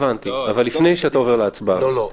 הבנתי, אבל לפני שאתה עובר להצבעה,